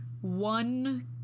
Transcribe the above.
one